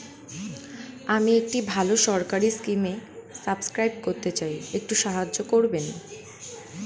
আমি একটি ভালো সরকারি স্কিমে সাব্সক্রাইব করতে চাই, একটু সাহায্য করবেন?